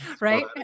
Right